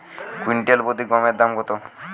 Quintal প্রতি গমের দাম কত?